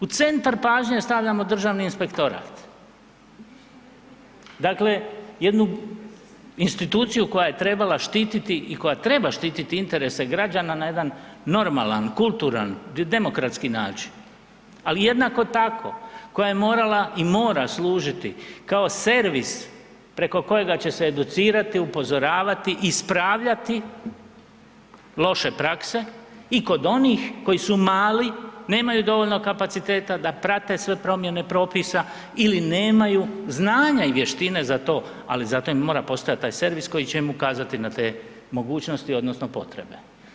U centar pažnje stavljamo Državni inspektorat, dakle jednu instituciju koja je trebala štititi i koja treba štititi interese građana na jedan normalan, kulturan, demokratski način, ali jednako tako koja je morala i mora služiti kao servis preko kojega će se educirati, upozoravati, ispravljati loše prakse i kod onih koji su mali, nemaju dovoljno kapaciteta da prate sve promjene propisa ili nemaju znanja i vještine za to, ali zato mora postojati taj servis koji će im ukazati ne te mogućnosti odnosno potrebe.